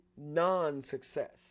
non-success